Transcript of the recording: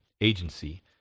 agency